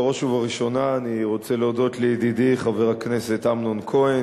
בראש ובראשונה אני רוצה להודות לידידי חבר הכנסת אמנון כהן,